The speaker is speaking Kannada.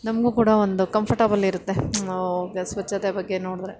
ನಮಗೂ ಕೂಡ ಒಂದು ಕಂಫರ್ಟಬಲ್ ಇರುತ್ತೆ ಸ್ವಚ್ಛತೆ ಬಗ್ಗೆ ನೋಡಿದ್ರೆ